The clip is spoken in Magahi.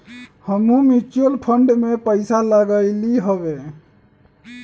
हमहुँ म्यूचुअल फंड में पइसा लगइली हबे